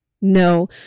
no